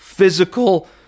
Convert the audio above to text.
physical